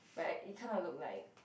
but it kinda look like